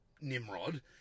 nimrod